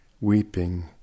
weeping